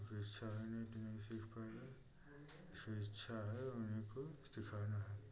अगर इच्छा है नहीं तो नहीं सीख पाएगा जिसको इच्छा है उन्हीं को सिखाना है